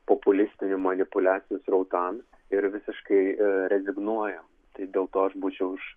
populistinių manipuliacijų srautams ir visiškai rezignuojam tai dėl to aš būčiau už